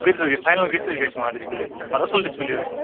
وۅنۍ کٍتِس حظ گَژھِ فاینل کٍتِس حظ گَژھِ وۅنۍ ڈِسپٕلے مَگر اَصٕل ڈِسپٕلے حظ